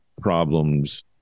problems